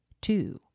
two